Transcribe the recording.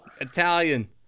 Italian